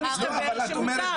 אבל מסתבר שמותר.